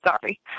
Sorry